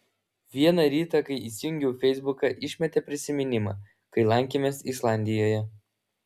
vieną rytą kai įsijungiau feisbuką išmetė prisiminimą kai lankėmės islandijoje